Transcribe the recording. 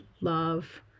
love